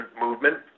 movement